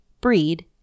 breed